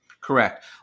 Correct